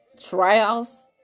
trials